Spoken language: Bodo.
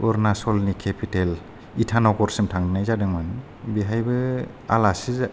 अरुनाचलनि केपिटेल इटानगरसिम थांनाय जादोंमोन बेहायबो आलासि